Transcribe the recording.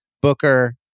Booker